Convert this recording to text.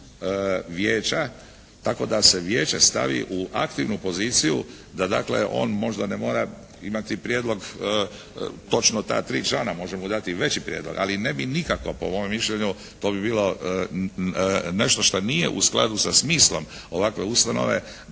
vijeća tako da se vijeće stavi u aktivnu poziciju da dakle on možda ne mora imati prijedlog točno ta tri člana, može mu dati veći prijedlog. Ali ne bi nikako po mom mišljenju, to bi bilo nešto što nije u skladu sa smislom ovakve ustanove